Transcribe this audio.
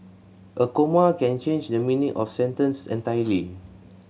a comma can change the meaning of a sentence entirely